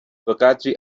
بهقدری